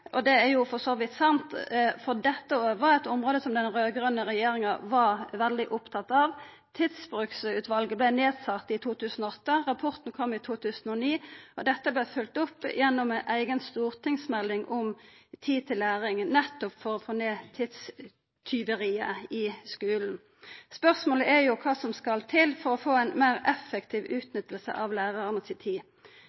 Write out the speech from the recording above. og det er for så vidt sant. For dette òg var eit område som den raud-grøne regjeringa var veldig opptatt av. Tidsbrukutvalet vart nedsett i 2008, rapporten kom i 2009, og dette vart følgt opp gjennom ei eiga stortingsmelding, Tid til læring, nettopp for å få ned tidstjuveriet i skulen. Spørsmålet er kva som skal til for å få ei meir effektiv